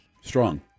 Strong